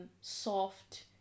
soft